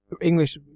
English